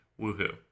Woohoo